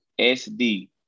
SD